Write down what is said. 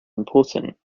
important